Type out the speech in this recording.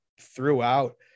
throughout